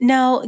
Now